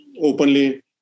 openly